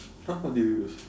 !huh! what do you use